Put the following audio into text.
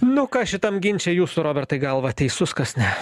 nu ką šitam ginče jūsų robertai galva teisus kas ne